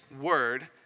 word